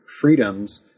freedoms